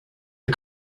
the